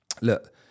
Look